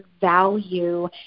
value